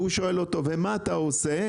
החבר שאל: מה אתה עושה?